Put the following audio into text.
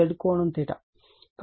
కాబట్టి ఇది IaVANZ∠ అవుతుంది